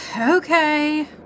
Okay